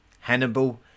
Hannibal